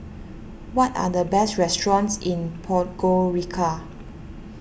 what are the best restaurants in Podgorica